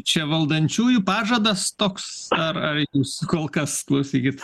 čia valdančiųjų pažadas toks ar ar jūs kol kas klausykit